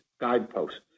guideposts